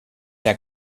der